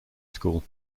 school